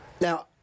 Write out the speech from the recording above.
Now